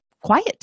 quiet